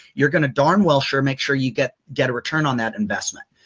you're going to darn well sure make sure you get get a return on that investment.